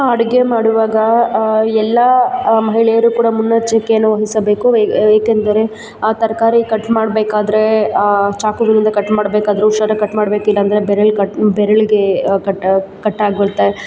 ಅಡುಗೆ ಮಾಡುವಾಗ ಎಲ್ಲ ಮಹಿಳೆಯರು ಕೂಡ ಮುನ್ನೆಚ್ಚರಿಕೆಯನ್ನು ವಹಿಸಬೇಕು ಏಕೆಂದರೆ ಆ ತರಕಾರಿ ಕಟ್ ಮಾಡಬೇಕಾದ್ರೆ ಚಾಕುವಿನಿಂದ ಕಟ್ ಮಾಡಬೇಕಾದ್ರೂ ಹುಷಾರಾಗಿ ಕಟ್ ಮಾಡಬೇಕು ಇಲ್ಲಾಂದರೆ ಬೆರಳು ಕಟ್ ಬೆರಳಿಗೆ ಕಟ್ ಕಟ್ ಆಗುತ್ತೆ